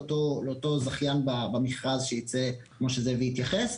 לאותו זכיין במכרז שייצא כמו שזאב התייחס,